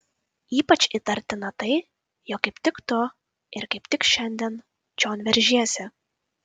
ypač įtartina tai jog kaip tik tu ir kaip tik šiandien čion veržiesi